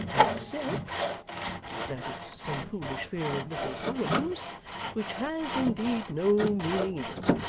except that it's some foolish fear of little solomon's which has, indeed, no meaning in it,